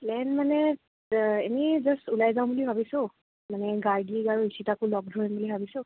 plan মানে এনেই just ওলাই যাওঁ বুলি ভাবিছোঁ মানে গাৰ্গীক আৰু ঈশিতাকো লগ ধৰিম বুলি ভাবিছোঁ